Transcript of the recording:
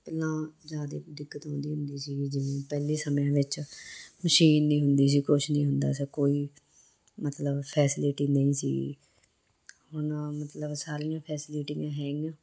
ਪਹਿਲਾਂ ਜ਼ਿਆਦਾ ਦਿੱਕਤ ਆਉਂਦੀ ਹੁੰਦੀ ਸੀਗੀ ਜਿਵੇਂ ਪਹਿਲੀ ਸਮਿਆਂ ਵਿੱਚ ਮਸ਼ੀਨ ਨਹੀਂ ਹੁੰਦੀ ਸੀ ਕੁਛ ਨਹੀਂ ਹੁੰਦਾ ਸੀ ਕੋਈ ਮਤਲਬ ਫੈਸਿਲਿਟੀ ਨਹੀਂ ਸੀਗੀ ਹੁਣ ਮਤਲਬ ਸਾਰੀਆਂ ਫੈਸਿਲਿਟੀਆਂ ਹੈਗੀਆਂ